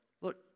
look